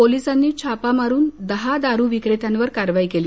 पोलिसांनी छापा मारून दहा दारू विक्रेत्यावर कारवाई केली